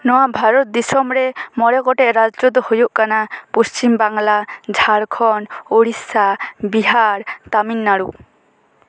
ᱱᱚᱶᱟ ᱵᱷᱟᱨᱚᱛ ᱫᱤᱥᱚᱢ ᱨᱮ ᱢᱚᱬᱮ ᱜᱚᱴᱮᱡ ᱨᱟᱡᱡᱚ ᱫᱚ ᱦᱩᱭᱩᱜ ᱠᱟᱱᱟ ᱯᱚᱥᱪᱤᱢ ᱵᱟᱝᱞᱟ ᱡᱷᱟᱲᱠᱷᱚᱰ ᱳᱲᱤᱥᱟ ᱵᱤᱦᱟᱨ ᱛᱟᱢᱤᱞᱱᱟᱲᱩ